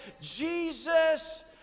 Jesus